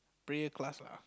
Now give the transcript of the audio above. prayer class lah